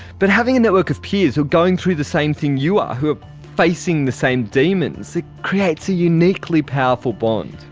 but having a network of peers who are going through the same thing you are, ah who are facing the same demons, it creates a uniquely powerful bond.